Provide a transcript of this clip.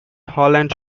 holland